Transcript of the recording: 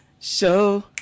show